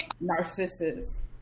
Narcissus